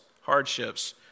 hardships